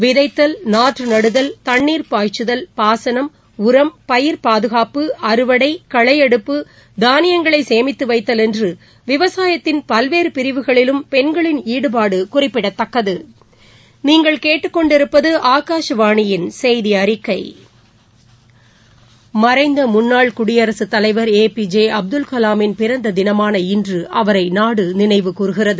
விதைத்தல் நாற்றுநடுதல் தண்ணீர் பாய்ச்சுதல் பாசனம் உரம் பயிர் பாதுகாப்பு அறுவளட களையெடுப்பு தாளியங்களைசேமித்துவைத்தல் என்றுவிவசாயத்தின் பல்வேறுபிரிவிகளிலும் பெண்களின் ஈடுபாடுகுறிப்பிடத்தக்கது மறைந்தமுன்னாள் குடியரசுத்லைள் ஏபிஜே அப்துல் கலாமின் பிறந்ததினமான இன்றுஅவரைநாடுநினைவு கூர்கிறது